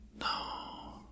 No